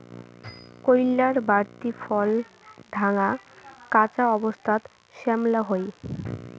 কইল্লার বাড়তি ফল ঢাঙা, কাঁচা অবস্থাত শ্যামলা হই